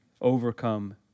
overcome